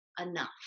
enough